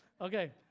Okay